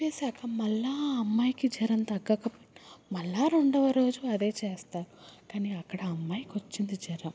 తిప్పేసాక మళ్ళీ అమ్మాయికి జరం తగ్గకపోయిన మళ్ళీ రెండొవ రోజు అదే చేస్తారు కానీ అక్కడ ఆ అమ్మాయికి వచ్చింది జరం